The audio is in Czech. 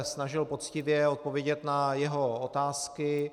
Snažil jsem se poctivě odpovědět na jeho otázky.